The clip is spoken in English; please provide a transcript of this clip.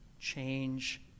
Change